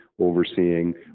overseeing